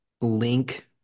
link